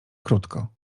krótko